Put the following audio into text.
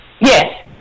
Yes